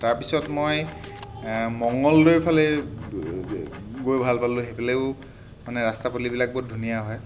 তাৰপিছত মই মঙ্গলদৈ ফালে গৈ ভাল পালোঁ সেইফালেও মানে ৰাস্তা পদূলিবিলাক বহুত ধুনীয়া হয়